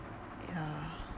ya